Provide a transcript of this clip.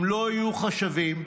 אם לא יהיו חשבים,